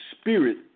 spirit